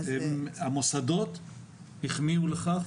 המוסדות החמיאו לכך,